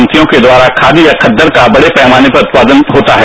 सभितियों के द्वारा खादी या खदर का बड़े पैमाने पर उत्पादन होता है